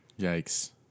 Yikes